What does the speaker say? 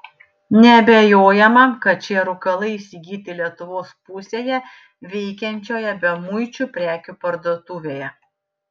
neabejojama kad šie rūkalai įsigyti lietuvos pusėje veikiančioje bemuičių prekių parduotuvėje